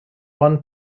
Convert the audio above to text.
one